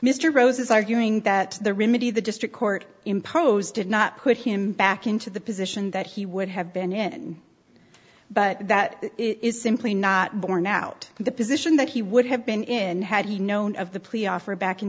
mr rose is arguing that the remedy the district court imposed did not put him back into the position that he would have been in but that is simply not borne out of the position that he would have been in had he known of the plea offer back in